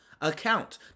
account